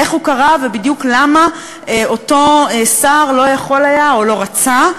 איך הוא קרה ובדיוק למה אותו שר לא יכול היה או לא רצה,